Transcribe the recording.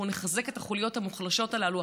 אנחנו נחזק את החוליות המוחלשות הללו,